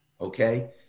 okay